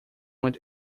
want